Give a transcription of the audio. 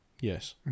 Yes